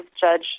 judge